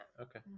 Okay